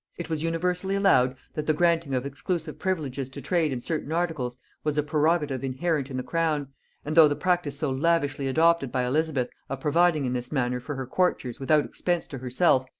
it was universally allowed, that the granting of exclusive privileges to trade in certain articles was a prerogative inherent in the crown and though the practice so lavishly adopted by elizabeth of providing in this manner for her courtiers without expense to herself,